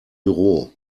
büro